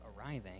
arriving